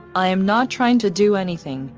i am not trying to do anything,